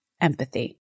empathy